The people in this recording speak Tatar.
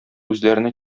үзләренә